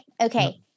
Okay